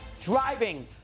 driving